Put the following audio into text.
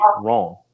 wrong